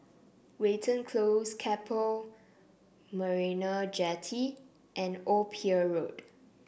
Watten Close Keppel Marina Jetty and Old Pier Road